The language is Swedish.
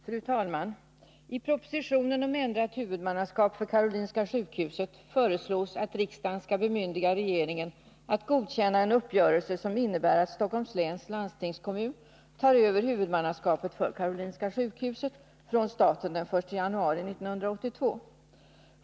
Fru talman! I propositionen om ändrat huvudmannaskap för Karolinska sjukhuset föreslås att riksdagen skall bemyndiga regeringen att godkänna en uppgörelse som innebär att Stockholms läns landstingskommun tar över huvudmannaskapet för Karolinska sjukhuset från staten den 1 januari 1982.